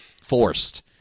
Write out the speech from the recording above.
forced